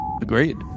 Agreed